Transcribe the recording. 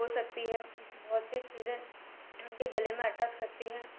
हो सकती है बहुत सी चीज़ें उनके गले में अटक सकती हैं